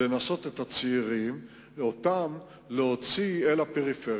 לנסות להוציא את הצעירים אל הפריפריה,